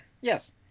Yes